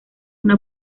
una